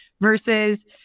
Versus